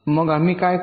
मग आम्ही काय करू